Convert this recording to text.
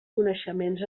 coneixements